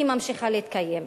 היא ממשיכה להתקיים.